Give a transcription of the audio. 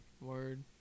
Word